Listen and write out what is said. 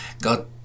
God